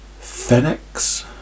Phoenix